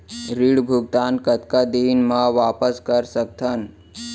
ऋण भुगतान कतका दिन म वापस कर सकथन?